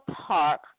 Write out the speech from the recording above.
park